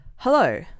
Hello